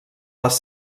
les